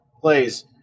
plays